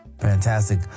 Fantastic